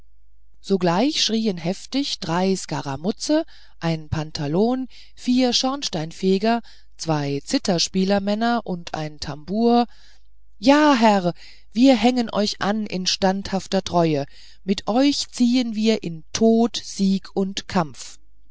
sogleich schrien heftig drei skaramuzze ein pantalon vier schornsteinfeger zwei zitherspielmänner und ein tambour ja herr wir hängen euch an in standhafter treue mit euch ziehen wir in tod sieg und kampf